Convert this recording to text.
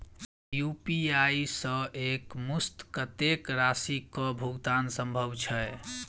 UPI सऽ एक मुस्त कत्तेक राशि कऽ भुगतान सम्भव छई?